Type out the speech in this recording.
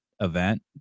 event